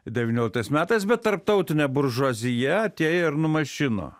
devynioliktais metais bet tarptautinė buržuazija atėjo ir numalšino